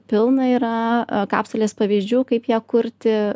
pilna yra kapsulės pavyzdžių kaip ją kurti